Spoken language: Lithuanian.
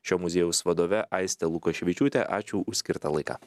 šio muziejaus vadove aiste lukaševičiūte ačiū už skirtą laiką